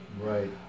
Right